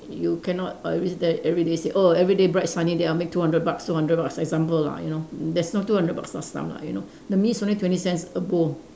you cannot err reach there everyday say oh everyday bright sunny day I'll make two hundred bucks two hundred bucks example lah you know there's no two hundred bucks last time lah you know the most twenty cents a bowl